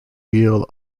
wheel